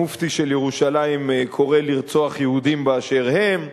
המופתי של ירושלים קורא לרצוח יהודים באשר הם.